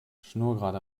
schnurgerade